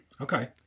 Okay